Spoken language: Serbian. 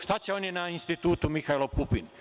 Šta će oni na Institutu "Mihajlo Pupin"